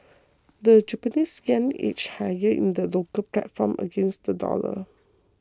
the Japanese yen edged higher in the local platform against the dollar